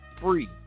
free